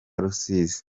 rusizi